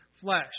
flesh